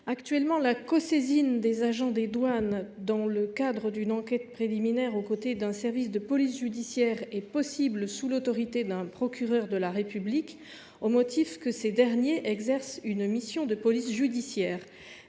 Actuellement, la cosaisine des agents des douanes dans le cadre d’une enquête préliminaire aux côtés d’un service de police judiciaire est possible sous l’autorité d’un procureur de la République au motif que ces agents exercent une mission de police judiciaire.